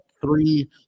three